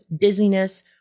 dizziness